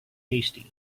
hasty